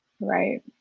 right